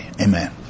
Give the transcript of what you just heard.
Amen